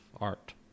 Art